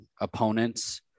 opponents